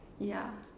yeah